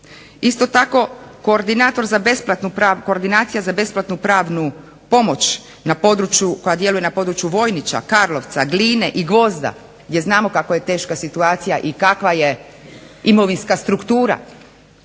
Isto tako, koordinacija za besplatnu pravnu pomoć na koja djeluje na području Vojnića, Karlovca, Gline i Gvozda gdje znamo kako je teška situacija i kakva je imovinska struktura,